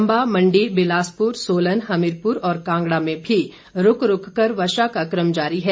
चंबा मंडी बिलासपुर सोलन हमीरपुर और कांगड़ा में भी रूक रूक कर वर्षा का क्रम जारी है